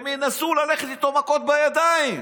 הם ינסו ללכת איתו מכות בידיים.